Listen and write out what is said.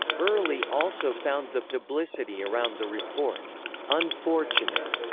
early also found the publicity around the report unfortunate.